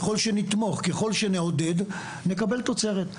ככל שנתמוך וככל שנעודד נקבל תוצרת.